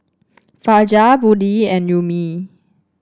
Fajar Budi and Ummi